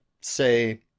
say